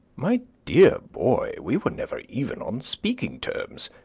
my dear boy, we were never even on speaking terms.